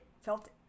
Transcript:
felt